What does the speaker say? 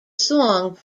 song